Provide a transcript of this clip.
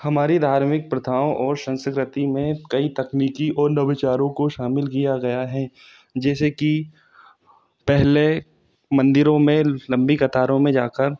हमारी धार्मिक प्रथाओं और संस्कृति में कई तकनीकी और नविचारों को शामिल किया गया है जैसे कि पहले मंदिरों में लंबी कतारों में जा कर